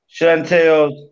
Chantel's